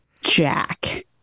Jack